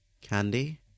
Candy